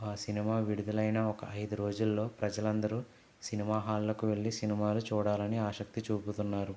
ఆ సినిమా విడుదలైనా ఒక ఐదు రోజుల్లో ప్రజలందరూ సినిమా హాళ్ళకు వెళ్ళి సినిమాలు చూడాలని ఆసక్తి చూపుతున్నారు